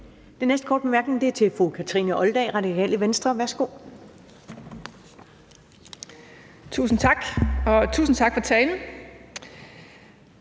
Den næste korte bemærkning er til fru Kathrine Olldag, Radikale Venstre. Værsgo. Kl. 14:12 Kathrine Olldag